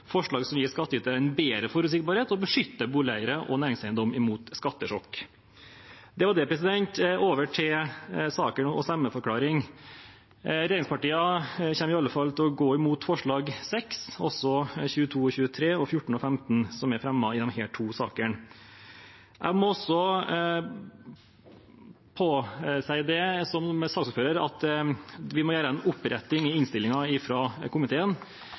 boligeiere og næringseiendom mot skattesjokk. Det var det. Over til saken og stemmeforklaring. Regjeringspartiene kommer i alle fall til å gå imot forslagene nr. 6, og også 22, 23, 14 og 15, som er fremmet i disse to sakene. Jeg må også som saksordfører si at vi må gjøre en oppretting i innstillingene fra komiteen.